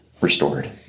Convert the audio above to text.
restored